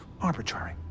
arbitrary